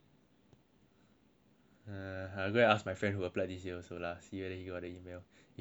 !huh! I go and ask my friend who applied this year lah see whether he got the email if he got it right and I just kill myself already